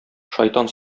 шайтан